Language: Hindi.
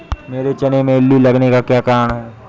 मेरे चने में इल्ली लगने का कारण क्या है?